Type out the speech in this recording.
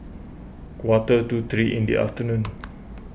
quarter to three in the afternoon